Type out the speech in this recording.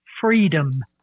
freedom